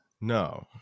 No